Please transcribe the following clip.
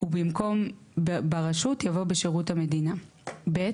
ובמקום "ברשות" יבוא "בשירות המדינה" ; (ב)